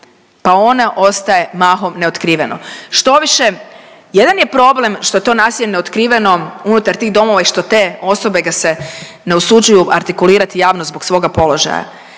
pa ono ostaje mahom neotkriveno. Štoviše jedan je problem što je to nasilje neotkriveno unutar tih domova i što te osobe ga se ne usuđuju artikulirati javno zbog svoga položaja.